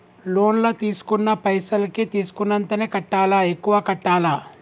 Loan లా తీస్కున్న పైసల్ కి తీస్కున్నంతనే కట్టాలా? ఎక్కువ కట్టాలా?